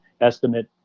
estimate